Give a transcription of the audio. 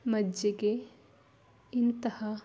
ಮಜ್ಜಿಗೆ ಇಂತಹ